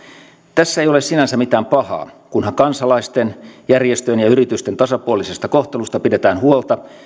tässä ei ole sinänsä mitään pahaa kunhan kansalaisten järjestöjen ja yritysten tasapuolisesta kohtelusta pidetään huolta